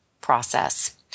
process